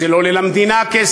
זה לא עולה למדינה כסף,